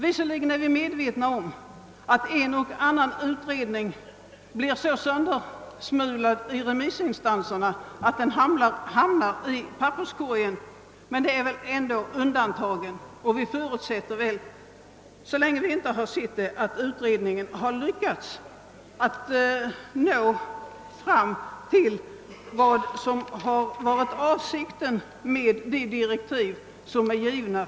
Visserligen är vi medvetna om att förslag av en eller annan utredning kan bli så söndersmulat av remissinstanserna, att förslaget hamnar i papperskorgen, men det är väl ändå undantag att så sker. Vi förutsätter väl, så länge vi inte har sett utredningens resultat, att utredningen har lyckats att få fram det som varit avsikten med de direktiv som den fått.